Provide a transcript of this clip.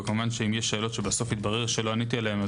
וכמובן אם בסוף יתברר שיש שאלות שלא עניתי עליהן,